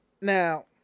now